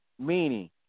meaning